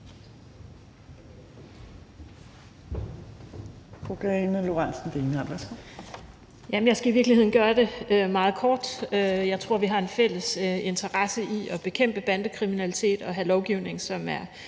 Jeg skal i virkeligheden gøre det meget kort. Jeg tror, at vi har en fælles interesse i at bekæmpe bandekriminalitet og i at have en lovgivning, som er